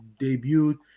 debuted